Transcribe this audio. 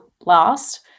last